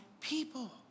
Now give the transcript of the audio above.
people